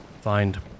find